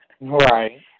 Right